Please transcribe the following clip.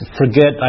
forget